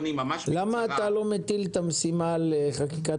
למה אתה לא מטיל את המשימה על חקיקת